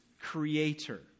creator